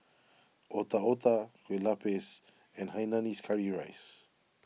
Otak Otak Kue Lupis and Hainanese Curry Rice